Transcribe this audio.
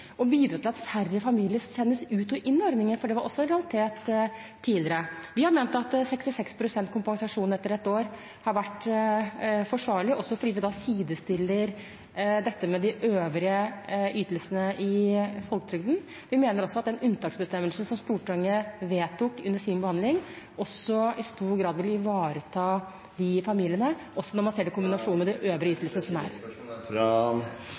og å bidra til at færre familier sendes ut og inn av ordningen, for det var også en realitet tidligere. Vi har ment at 66 pst. kompensasjon etter et år har vært forsvarlig, også fordi man da sidestiller dette med de øvrige ytelsene i folketrygden. Vi mener også at den unntaksbestemmelsen som Stortinget vedtok under sin behandling, i stor grad vil ivareta de familiene, også når man ser